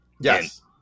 yes